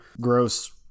gross